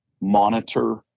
monitor